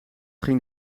ging